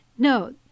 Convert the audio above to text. No